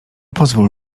pozwól